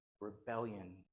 rebellion